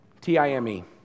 T-I-M-E